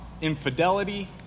Infidelity